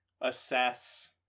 assess